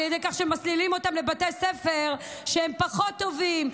על ידי כך שמסלילים אותם לבתי ספר פחות טובים,